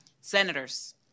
Senators